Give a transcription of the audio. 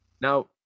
Now